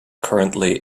currently